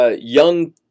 young